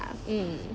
mm